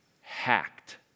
hacked